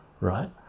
right